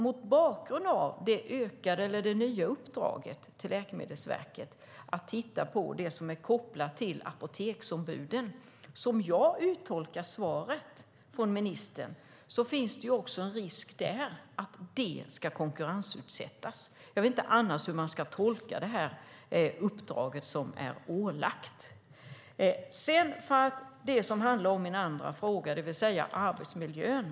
Mot bakgrund av det nya uppdraget till Läkemedelsverket gällande apoteksombuden finns det en risk för konkurrensutsättning, som jag uttolkar svaret från ministern. Jag vet inte hur man annars ska tolka det ålagda uppdraget. Min andra fråga gällde arbetsmiljön.